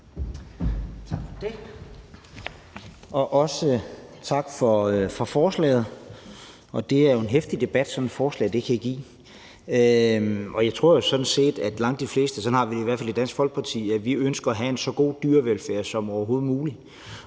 Tak for det. Og også tak for forslaget. Det er jo en heftig debat, sådan et forslag kan give. Og jeg tror jo sådan set, at langt de fleste – sådan har vi det i hvert fald i Dansk Folkeparti – ønsker at have en så god dyrevelfærd som overhovedet muligt.